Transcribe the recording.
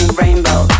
rainbow